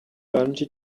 bungee